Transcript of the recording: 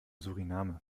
suriname